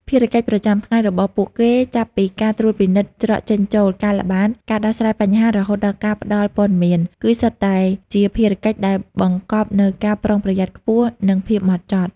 ភារកិច្ចប្រចាំថ្ងៃរបស់ពួកគេ ចាប់ពីការត្រួតពិនិត្យច្រកចេញចូល ការល្បាត ការដោះស្រាយបញ្ហា រហូតដល់ការផ្តល់ព័ត៌មាន គឺសុទ្ធតែជាកិច្ចការដែលបង្កប់នូវការប្រុងប្រយ័ត្នខ្ពស់ និងភាពម៉ត់ចត់។